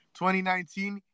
2019